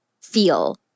feel